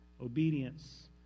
Obedience